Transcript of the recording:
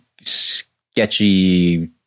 sketchy